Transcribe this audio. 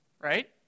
right